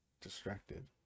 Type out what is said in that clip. distracted